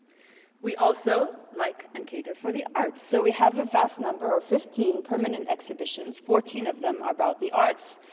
we also like and cater for the arts. so we have a vast number of fifteen permanent exhibitions, fourteen of them about the arts.